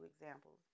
examples